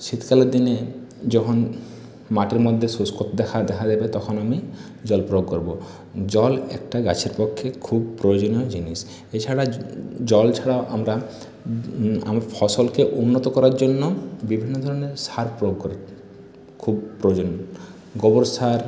আবার শীতকালের দিনে যখন মাঠের মধ্যে শুষ্কতা দেখা দেবে তখন আমি জল প্রয়োগ করবো জল একটা গাছের পক্ষে খুব প্রয়োজনীয় জিনিস এছাড়া জল ছাড়া আমরা আমরা ফসলকে উন্নত করার জন্য বিভিন্ন ধরনের সার প্রয়োগ করবো খুব প্রয়োজন গোবর সার